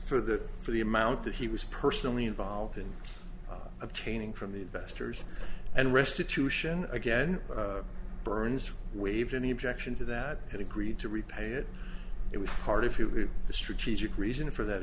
for the for the amount that he was personally involved in obtaining from the investors and restitution again burns waived any objection to that and agreed to repay it it was part of who the strategic reason for that